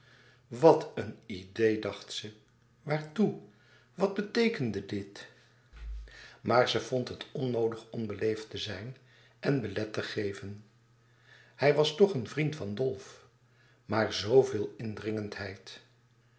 wat een idée dacht ze waartoe wat beteekende dit maar ze vond het onnoodig onbeleefd te zijn en belet te geven hij was toch een vriend van dolf maar zooveel